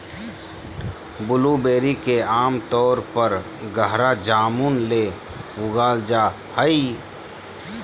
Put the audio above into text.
blueberry के आमतौर पर गहरा जामुन ले उगाल जा हइ